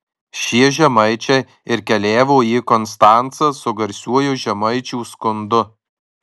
šie žemaičiai ir keliavo į konstancą su garsiuoju žemaičių skundu